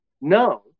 No